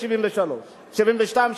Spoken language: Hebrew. ב-1972,